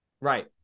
Right